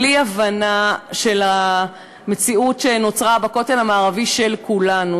בלי הבנה של המציאות שנוצרה בכותל המערבי של כולנו,